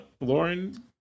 lauren